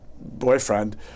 boyfriend